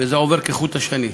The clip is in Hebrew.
וזה עובר כחוט השני,